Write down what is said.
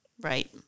Right